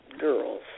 girls